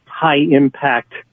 high-impact